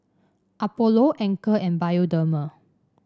Apollo Anchor and Bioderma